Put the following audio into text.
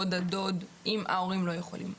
דוד, דודה, אם ההורים לא יכולים.